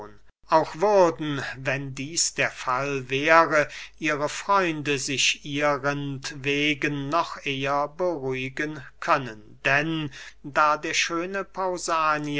auch würden wenn dieß der fall wäre ihre freunde sich ihrentwegen noch eher beruhigen können denn da der schöne